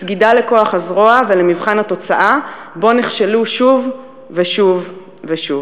בסגידה לכוח הזרוע ולמבחן התוצאה שבו נכשלו שוב ושוב ושוב.